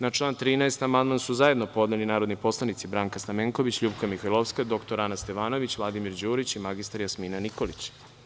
Na član 13. amandman su zajedno podneli narodni poslanici Branka Stamenković, LJupka Mihajlovska, dr Ana Stevanović, Vladimir Đurić i mr Jasmina Nikolić.